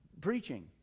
preaching